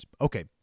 Okay